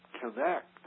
connect